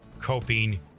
coping